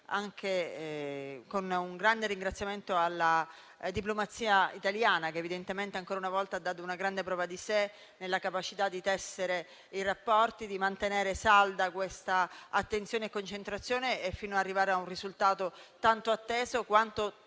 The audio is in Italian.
altresì un grande ringraziamento alla diplomazia italiana, che ancora una volta ha dato una grande prova di sé nella capacità di tessere i rapporti, di mantenere salda l'attenzione e la concentrazione, fino ad arrivare a un risultato tanto atteso quanto a